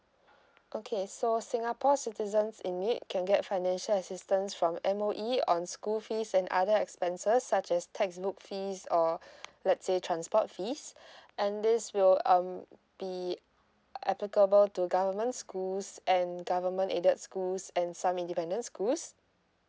okay so singapore citizens in need can get financial assistance from M_O_E on school fees and other expenses such as textbook fees or let's say transport fees and this will um be applicable to government schools and government aided schools and some independent schools